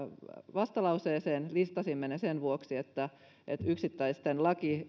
vastalauseeseen listasimme ne sen vuoksi että että yksittäisten